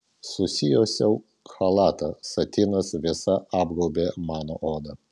susijuosiau chalatą satinas vėsa apgaubė mano odą